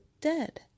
dead